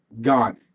gone